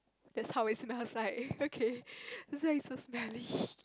that's how it smells like okay it's like so smelly